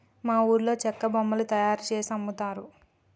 మా ఊర్లో చెక్క బొమ్మలు తయారుజేసి అమ్ముతారు